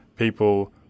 People